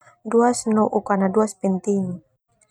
Dia nou karna duas penting.